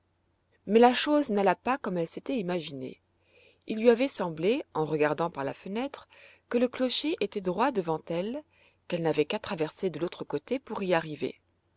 mais la chose n'alla pas comme elle s'était imaginé il lui avait semblé en regardant par la fenêtre que le clocher était droit devant elle qu'elle n'avait qu'à traverser de l'autre côté pour y arriver